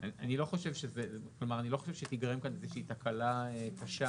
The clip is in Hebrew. אני לא חושב שתיגרם כאן איזושהי תקלה קשה